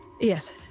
Yes